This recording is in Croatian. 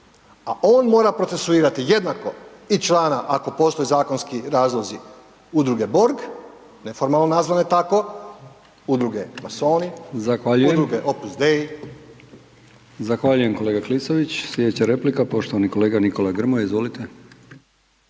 A on mora procesuirati jednako i člana ako postoji zakonski razlozi udruge Borg, neformalno nazvane tako, udruge masoni, udruge Opus Dei. **Brkić, Milijan (HDZ)** Zahvaljujem, kolega Klisović. Slijedeća replika, poštovani kolega Nikola Grmoja, izvolite.